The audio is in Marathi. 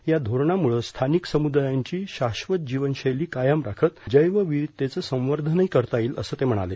या धोरणामुळं स्थानिक समुदायांची शाश्वत जीवनशैली कायम राखत जैव विविधतेचं संवर्धनही करता येईल असं ते म्हणाले